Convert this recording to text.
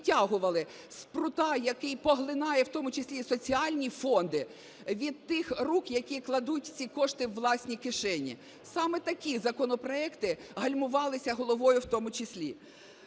відтягували спрута, який поглинає, в тому числі і соціальні фонди, від тих рук, які кладуть ці кошти у власні кишені. Саме такі законопроекти гальмувалися Головою в тому числі.